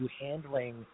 handling